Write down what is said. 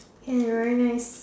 can very nice